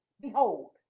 Behold